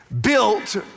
built